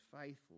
faithful